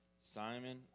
Simon